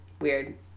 Weird